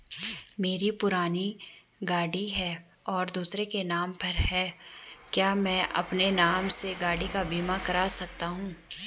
मेरी पुरानी गाड़ी है और दूसरे के नाम पर है क्या मैं अपने नाम से गाड़ी का बीमा कर सकता हूँ?